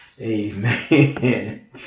Amen